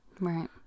Right